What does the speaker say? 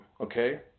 okay